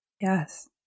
Yes